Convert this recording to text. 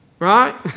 Right